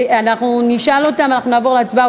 אנחנו נשאל אותם ואנחנו נעבור להצבעה.